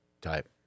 type